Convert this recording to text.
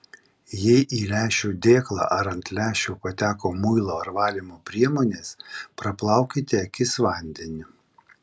jei į lęšių dėklą ir ant lęšių pateko muilo ar valymo priemonės praplaukite akis vandeniu